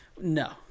No